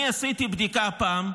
אני עשיתי בדיקה פעם,